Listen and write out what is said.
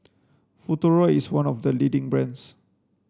futuro is one of the leading brands